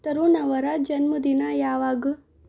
ತರುಣ್ ಅವರ ಜನ್ಮದಿನ ಯಾವಾಗ